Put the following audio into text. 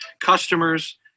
customers